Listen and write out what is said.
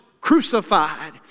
crucified